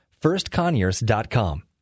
firstconyers.com